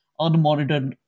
unmonitored